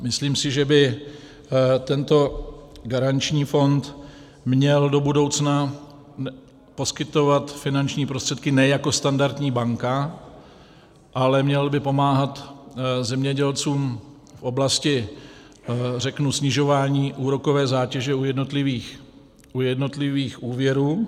Myslím si, že by tento garanční fond měl do budoucna poskytovat finanční prostředky ne jako standardní banka, ale měl by pomáhat zemědělcům v oblasti snižování úrokové zátěže u jednotlivých úvěrů.